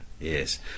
yes